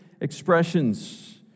expressions